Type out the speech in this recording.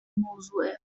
موضوعه